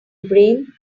brain